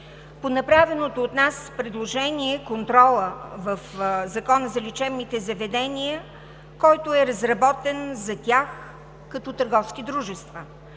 по направеното от нас предложение контролът в Закона за лечебните заведения, който е разработен за тях като търговски дружества.